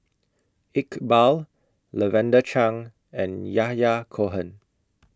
Iqbal Lavender Chang and Yahya Cohen